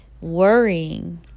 worrying